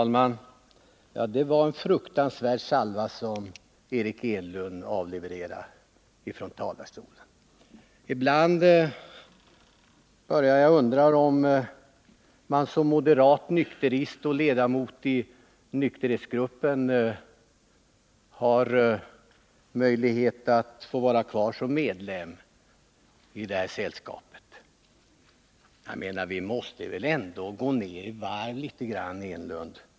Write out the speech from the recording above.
Herr talman! Det var en fruktansvärd salva som Eric Enlund avlevererade från talarstolen. Accepterar Eric Enlund att jag som moderat nykterist och ledamot av nykterhetsgruppen får vara kvar som medlem i det sällskapet? Vi måste väl ändå gå ner i varv litet grand, Eric Enlund.